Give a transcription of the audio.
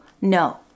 No